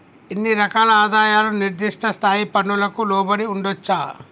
ఇన్ని రకాల ఆదాయాలు నిర్దిష్ట స్థాయి పన్నులకు లోబడి ఉండొచ్చా